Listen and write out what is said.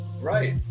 Right